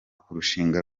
kurushinga